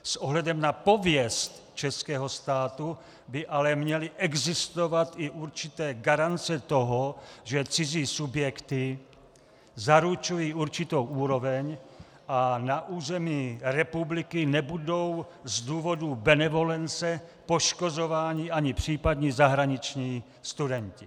S ohledem na pověst českého státu by ale měly existovat i určité garance toho, že cizí subjekty zaručují určitou úroveň a na území republiky nebudou z důvodů benevolence poškozováni ani případní zahraniční studenti.